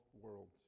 worlds